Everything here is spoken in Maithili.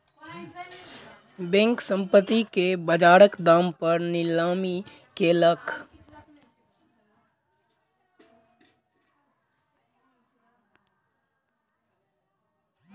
बैंक, संपत्ति के बजारक दाम पर नीलामी कयलक